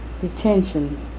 detention